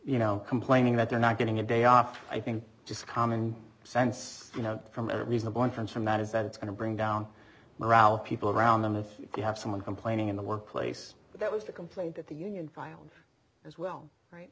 you know complaining that they're not getting a day off i think just common sense you know from a reasonable inference from that is that it's going to bring down morale of people around them if you have someone complaining in the workplace that was the complaint that the union filed as well right